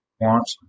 want